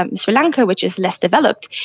um so lanka which is less developed,